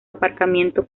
aparcamiento